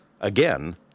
again